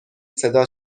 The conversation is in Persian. صدا